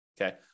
okay